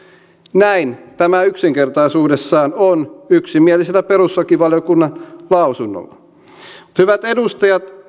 näin tämä yksinkertaisuudessaan on yksimielisellä perustuslakivaliokunnan lausunnolla mutta hyvät edustajat